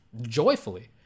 Joyfully